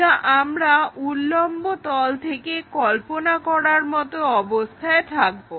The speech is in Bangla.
যা আমরা উল্লম্ব তল থেকে কল্পনা করার মতো অবস্থায় থাকবো